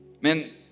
Man